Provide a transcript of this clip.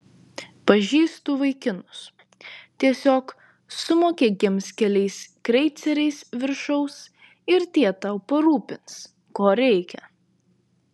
pažįstu vaikinus tiesiog sumokėk jiems keliais kreiceriais viršaus ir tie tau parūpins ko reikia